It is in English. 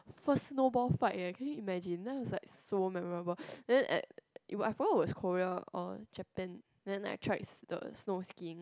first no ball fight leh can you imagine that was like so memorable then when I found was Korea or Japan then I tried the snow skiing